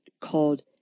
called